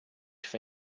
for